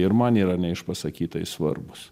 ir man yra neišpasakytai svarbūs